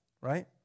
right